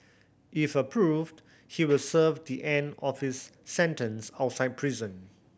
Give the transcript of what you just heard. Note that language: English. if approved he will serve the end of his sentence outside prison